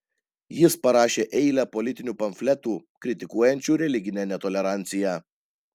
jis parašė eilę politinių pamfletų kritikuojančių religinę netoleranciją